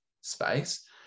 space